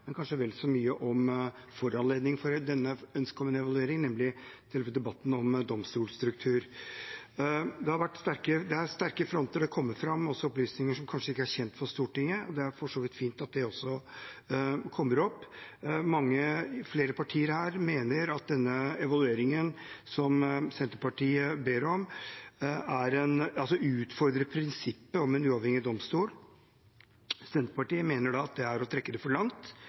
men vel så mye om foranledningen til ønsket om en evaluering, nemlig debatten om domstolstruktur. Det er sterke fronter, og det har også kommet fram opplysninger som kanskje ikke var kjent for Stortinget. Det er for så vidt fint at de også kommer fram. Mange partier mener at evalueringen som Senterpartiet ber om, utfordrer prinsippet om en uavhengig domstol. Senterpartiet mener det er å trekke det for langt,